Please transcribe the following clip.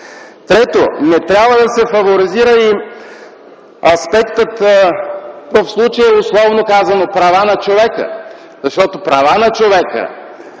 Трето, не трябва да се фаворизира и аспектът, в случая условно казано, права на човека, защото права на човека,